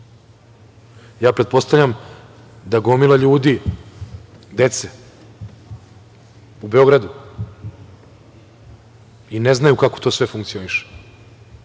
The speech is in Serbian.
prostoru. Pretpostavljam da gomila ljudi, dece u Beogradu i ne znaju kako to sve funkcioniše.